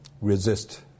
resist